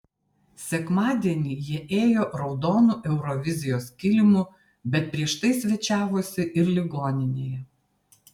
sekmadienį jie ėjo raudonu eurovizijos kilimu bet prieš tai svečiavosi ir ligoninėje